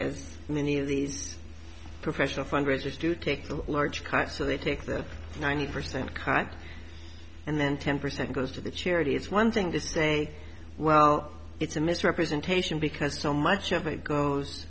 as many of these professional fundraisers do take large car so they think that ninety percent crime and then ten percent goes to the charity it's one thing to say well it's a misrepresentation because so much of it goes